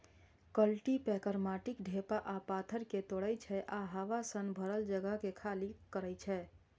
cultipacker माटिक ढेपा आ पाथर कें तोड़ै छै आ हवा सं भरल जगह कें खाली करै छै